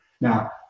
Now